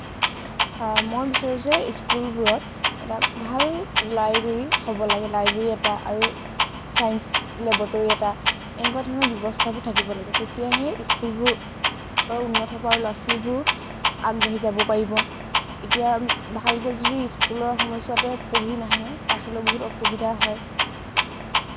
মই বিচাৰোঁ যে স্কুলবোৰত এটা ভাল লাইব্ৰেৰী এটা হ'ব লাগে লাইব্ৰেৰী এটা আৰু ছাইন্স লেবৰেটৰি এটা এনেকুৱা ধৰণৰ ব্যৱস্থাবোৰ থাকিব লাগে তেতিয়াহে স্কুলবোৰ উন্নত হ'ব আৰু ল'ৰা ছোৱালীবোৰো আগবাঢ়ি যাব পাৰিব এতিয়া ভালকে যদি স্কুলৰ সময়ছোৱাতে পঢ়ি নাহে পাছলৈ বহুত অসুবিধা হয়